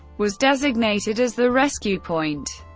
was designated as the rescue point.